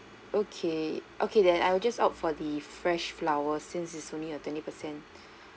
okay okay then I will just opt for the fresh flower since it's only a twenty percent